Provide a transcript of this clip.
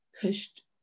pushed